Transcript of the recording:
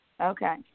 Okay